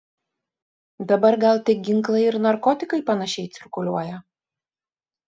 dabar gal tik ginklai ir narkotikai panašiai cirkuliuoja